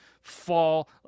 fall